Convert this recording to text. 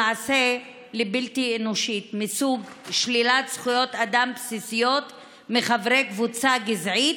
למעשה בלתי אנושי מסוג 'שלילת זכויות אדם בסיסיות מחברי קבוצה גזעית'